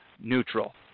neutral